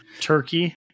turkey